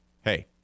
Hey